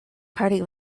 party